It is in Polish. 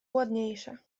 ładniejsze